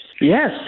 Yes